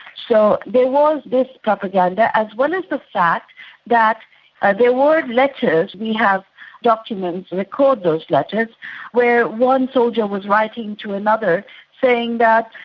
so there was this propaganda, as well as the fact that there were letters, we have documents that record those letters where one soldier was writing to another saying that,